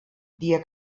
dia